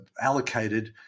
allocated